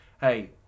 hey